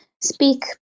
speak